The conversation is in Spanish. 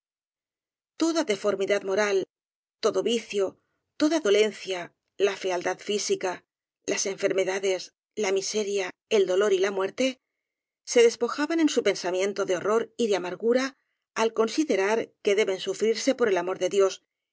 toda deforpiidad moral todo vicio toda dolen cia la fealdad física las enfermedades la miseria el dolor y la muerte se despojaban en su pensa miento de horror y de amargura al considerar que deben sufrirse por el amor de dios